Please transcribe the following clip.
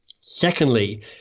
Secondly